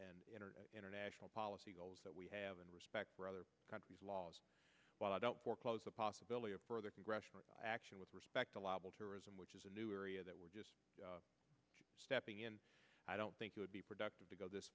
and international policy goals that we have and respect for other countries laws but i don't foreclose the possibility of further congressional action with respect allowable terrorism which is a new area that we're just stepping in i don't think you would be productive to go this